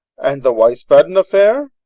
and the wiesbaden affair?